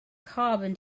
carbon